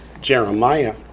Jeremiah